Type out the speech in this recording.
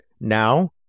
now